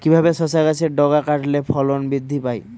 কিভাবে শসা গাছের ডগা কাটলে ফলন বৃদ্ধি পায়?